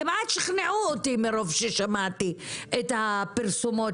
כמעט שכנעו אותי מרוב ששמעתי את הפרסומות